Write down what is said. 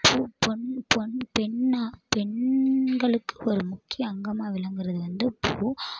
பூ பொண்ணு பொண்ணு பெண்ணா பெண்களுக்கு ஒரு முக்கிய அங்கமாக விளங்குறது வந்து பூ